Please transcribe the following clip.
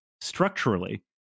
structurally